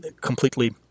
completely